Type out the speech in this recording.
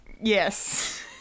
Yes